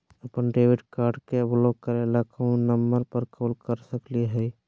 अपन debit card के block करे ला कौन नंबर पे कॉल कर सकली हई?